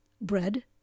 bread